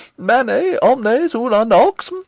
manet omnes una nox,